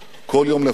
כל יום לפניו.